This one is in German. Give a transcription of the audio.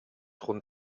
rund